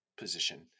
position